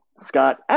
Scott